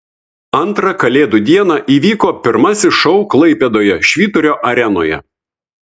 antrą kalėdų dieną įvyko pirmasis šou klaipėdoje švyturio arenoje